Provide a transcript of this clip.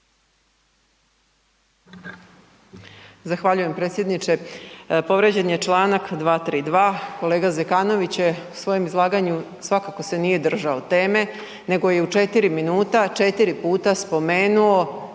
Zahvaljujem predsjedniče. Povrijeđen je čl. 232., kolega Zekanović je u svojem izlaganju, svakako se nije držao teme nego je u 4 minuta 4 puta spomenuo